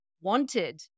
wanted